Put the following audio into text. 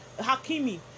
Hakimi